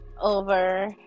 over